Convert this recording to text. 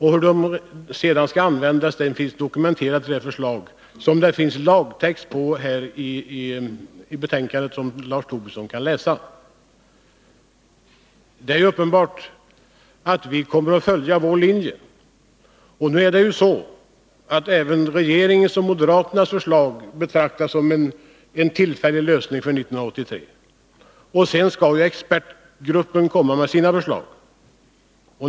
Hur de skall användas finns dokumenterat i vårt förslag till lagtext — det finns med i betänkandet, och Lars Tobisson kan läsa det. Det är uppenbart att vi kommer att följa vår linje. Även regeringens och moderaternas förslag betraktas som en tillfällig lösning för 1983. Sedan skall ju expertgruppen komma med sina förslag.